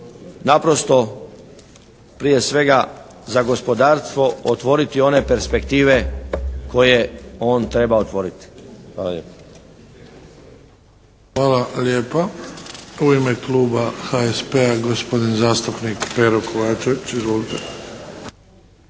naprosto prije svega za gospodarstvo otvoriti one perspektive koje on treba otvoriti. Hvala lijepo. **Bebić, Luka (HDZ)** Hvala lijepa. U ime kluba HSP-a, gospodin zastupnik Pero Kovačević.